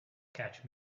cache